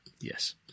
Yes